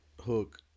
hook